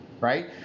right